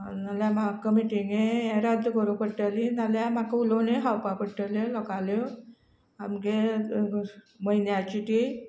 नाल्या म्हाका कमिटींगे हें रद्द करूंक पडटली नाल्या म्हाका उलोवले खावपा पडटल्यो लोकांल्यो आमगे म्हयन्याची ती